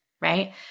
right